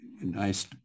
nice